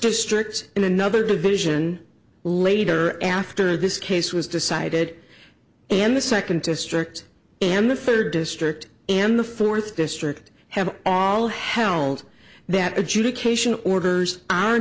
district in another division later after this case was decided in the second district and the third district and the fourth district have all held that adjudication orders are